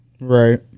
Right